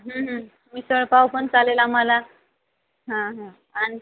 मिसळ पाव पण चालेल आम्हाला हां हां आणि